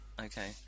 Okay